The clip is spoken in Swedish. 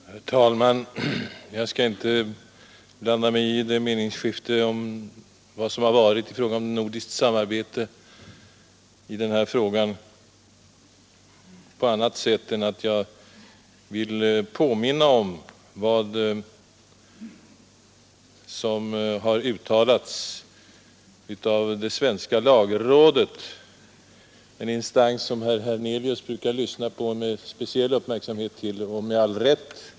Herr talman! Jag skall inte blanda mig i meningsskiftet om vad som har förevarit i fråga om nordiskt samarbete i detta ärende på annat sätt än att jag vill åter påminna om vad som har uttalats av det svenska lagrådet; en instans som herr Hernelius brukar lyssna på med speciell 26 uppmärksamhet — och med all rätt!